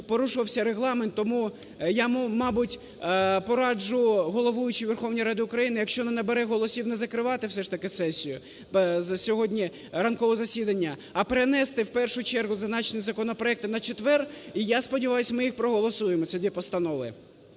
порушувався Регламент. Тому я, мабуть, пораджу головуючій Верховної Ради України, якщо не набере голосів, не закривати все ж таки сесію, сьогодні ранкове засідання, а перенести, в першу чергу, зазначений законопроект на четвер, і, я сподіваюся, ми їх проголосуємо, ці дві постанови.